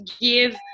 give